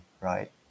right